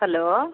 hello